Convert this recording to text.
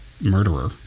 murderer